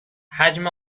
حجم